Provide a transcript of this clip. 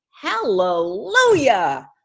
hallelujah